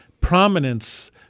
prominence